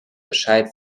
bescheid